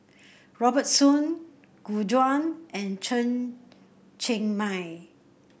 Robert Soon Gu Juan and Chen Cheng Mei